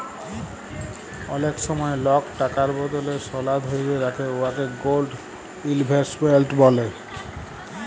অলেক সময় লক টাকার বদলে সলা ধ্যইরে রাখে উয়াকে গোল্ড ইলভেস্টমেল্ট ব্যলে